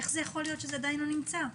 איך ייתכן שזה עדיין נמצא?